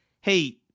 hey